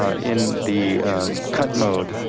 ah in the cut mode.